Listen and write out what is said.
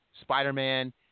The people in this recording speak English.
Spider-Man